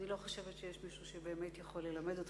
אני לא חושבת שיש מישהו שבאמת יכול ללמד אותך,